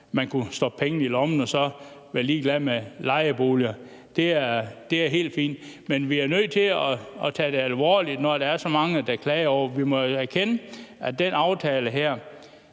man kunne stoppe pengene i lommen og så være ligeglad med lejeboligerne. Så det er helt fint. Men vi er nødt til at tage det alvorligt, når der er så mange, der klager over det. Vi må jo erkende, at den her aftale er